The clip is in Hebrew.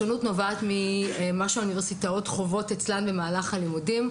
השוני הוא בעקבות מה שהאוניברסיטאות חוות במהלך הלימודים.